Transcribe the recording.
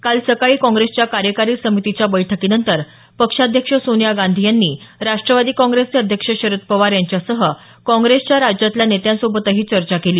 काल सकाळी काँग्रेसच्या कार्यकारी समितीच्या बैठकीनंतर पक्षाध्यक्ष सोनिया गांधी यांनी राष्ट्रवादी काँग्रेसचे अध्यक्ष शरद पवार यांच्यासह काँग्रेसच्या राज्यातल्या नेत्यांसोबतही चर्चा केली